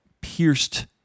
pierced